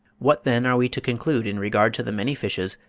what, then, are we to conclude in regard to the many fishes,